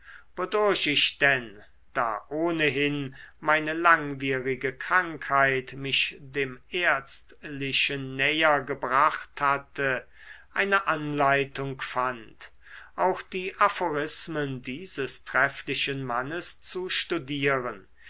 denn da ohnehin meine langwierige krankheit mich dem ärztlichen näher gebracht hatte eine anleitung fand auch die aphorismen dieses trefflichen mannes zu studieren